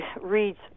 reads